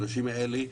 האנשים האלה,